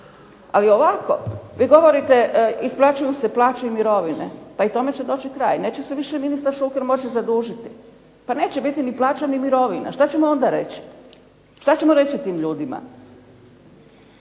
Ali ovako. Vi govorite isplaćuju se plaće i mirovine, pa i tome će doći kraj. Neće se više ministar Šuker moći zadužiti, pa neće biti ni plaća ni mirovina. Što ćemo onda reći tim ljudima?